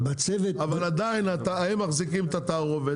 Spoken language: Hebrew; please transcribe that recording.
אבל עדיין הם מחזיקים את התערובת,